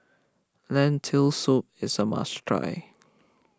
Lentil Soup is a must try